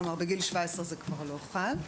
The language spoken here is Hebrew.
כלומר בגיל 17 זה כבר לא חל.